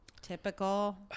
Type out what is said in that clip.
Typical